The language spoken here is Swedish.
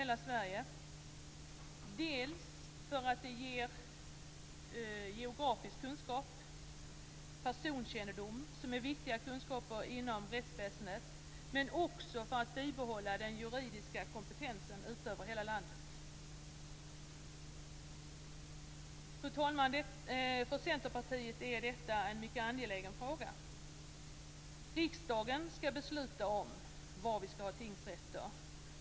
Det skall vi göra för att det ger geografisk kunskap och personkännedom, som är viktiga kunskaper inom rättsväsendet, men också för att bibehålla den juridiska kompetensen ute över hela landet. Fru talman! För Centerpartiet är detta en mycket angelägen fråga. Riksdagen skall besluta om var vi ska ha tingsrätter.